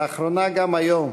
באחרונה, גם היום,